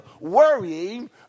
worrying